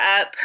up